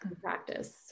practice